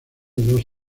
dos